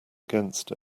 against